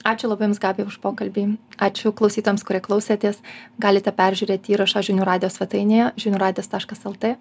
ačiū labai jums gabija už pokalbį ačiū klausytojams kurie klausėtės galite peržiūrėti įrašą žinių radijo svetainėje žinių radijas taškas lt